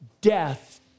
death